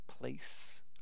Place